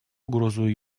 угрозу